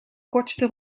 kortste